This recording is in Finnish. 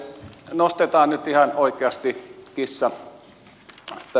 nostetaan nyt ihan oikeasti kissa pöydälle